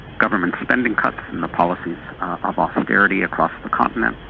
government spending cuts and the policies of austerity across the continent,